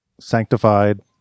Sanctified